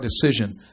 decision